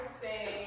say